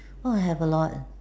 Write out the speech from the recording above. oh I have a lot